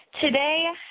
Today